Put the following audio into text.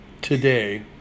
today